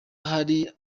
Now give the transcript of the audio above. hari